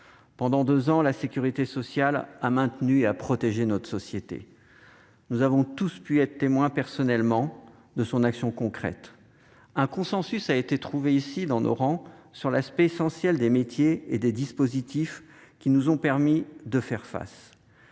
Pendant deux ans, la sécurité sociale a maintenu et protégé notre société. Nous avons tous été personnellement témoins de son action concrète. Un consensus a été trouvé ici, dans nos rangs, sur l'aspect essentiel des métiers et des dispositifs qui nous ont permis de faire face.